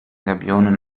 gabionen